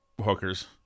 hookers